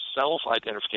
self-identification